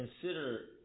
consider